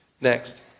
Next